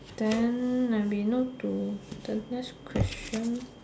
then maybe not to the next question